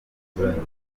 zinyuranye